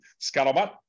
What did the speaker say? Scuttlebutt